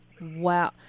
Wow